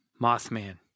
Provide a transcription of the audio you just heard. Mothman